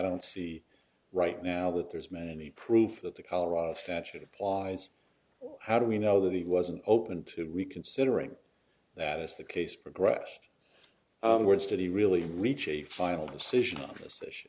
don't see right now that there's man any proof that the colorado statute applies how do we know that he wasn't open to reconsidering that as the case progressed words to the really reach a final decision on this issue